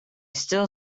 still